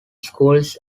schools